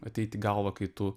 ateiti į galvą kai tu